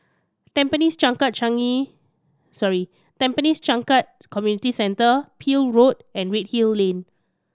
Tampines Changkat Changi sorry Tampines Changkat Community Centre Peel Road and Redhill Lane